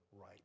right